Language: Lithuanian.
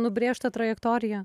nubrėžtą trajektoriją